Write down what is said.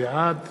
בעד